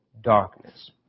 darkness